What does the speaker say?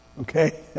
Okay